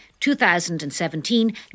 2017